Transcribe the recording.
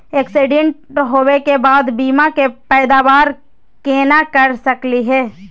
Accident होवे के बाद बीमा के पैदावार केना कर सकली हे?